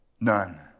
none